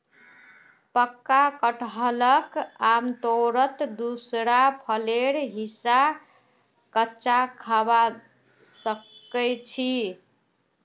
पक्का कटहलक आमतौरत दूसरा फलेर हिस्सा कच्चा खबा सख छि